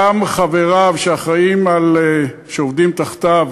גם חבריו שעובדים תחתיו,